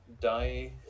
die